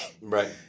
Right